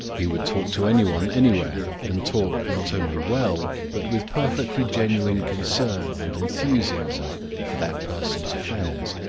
he would talk to any one anywhere, and talk not only well but with perfectly genuine concern and enthusiasm for that person's affairs.